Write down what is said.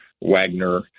Wagner